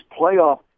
playoff